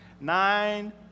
Nine